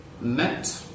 met